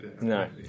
no